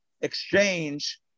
exchange